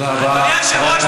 תודה רבה.